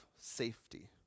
safety